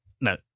no